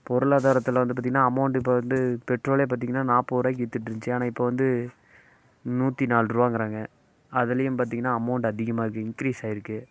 பொருளாதாரத்தில் வந்து பார்த்தீங்கன்னா அமௌண்ட் இப்போ வந்து பெட்ரோலே பார்த்தீங்கன்னா நாற்பது ருபாய்க்கி விற்றுட்ருந்துச்சு ஆனால் இப்போ வந்து நூற்றி நாலு ருபாங்குறாங்க அதுலேயும் பார்த்தீங்கன்னா அமௌண்ட் அதிகமாக இருக்குது இன்க்ரீஸ் ஆகிருக்கு